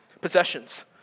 possessions